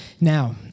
Now